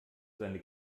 seine